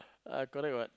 I correct what